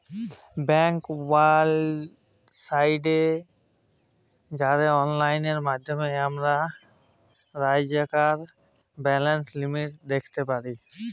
ব্যাংকের ওয়েবসাইটে যাঁয়ে অললাইল মাইধ্যমে আমরা রইজকার ব্যায়ের লিমিট দ্যাইখতে পারি